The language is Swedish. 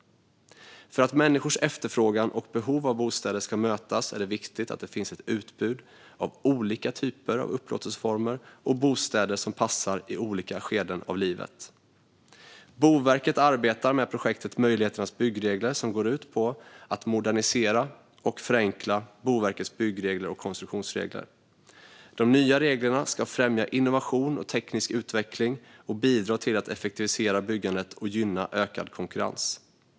För att människors efterfrågan och behov av bostäder ska mötas är det viktigt att det finns ett utbud av olika typer av upplåtelseformer och bostäder som passar i olika skeden av livet. Boverket arbetar med projektet Möjligheternas byggregler, som går ut på att modernisera och förenkla Boverkets byggregler och konstruktionsregler. De nya reglerna ska främja innovation och teknisk utveckling och bidra till att effektivisera byggandet och gynna ökad konkurrens.